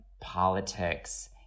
politics